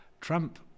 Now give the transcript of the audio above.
Trump